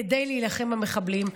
כדי להילחם במחבלים,